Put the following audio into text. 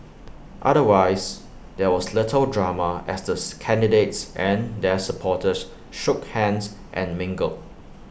otherwise there was little drama as this candidates and their supporters shook hands and mingled